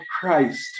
Christ